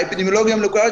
האפידמיולוגיה המולקולרית,